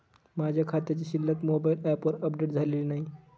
माझ्या खात्याची शिल्लक मोबाइल ॲपवर अपडेट झालेली नाही